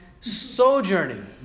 sojourning